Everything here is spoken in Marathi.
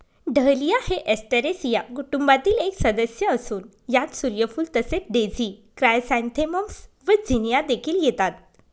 डहलिया हे एस्टरेसिया कुटुंबातील एक सदस्य असून यात सूर्यफूल तसेच डेझी क्रायसॅन्थेमम्स व झिनिया देखील येतात